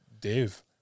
Dave